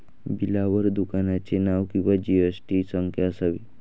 बिलावर दुकानाचे नाव किंवा जी.एस.टी संख्या असावी